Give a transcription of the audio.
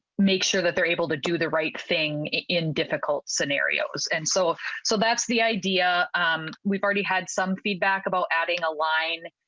make sure that they're able to do the right thing in difficult scenarios and so so that's the idea we've already had some feedback about adding a lot.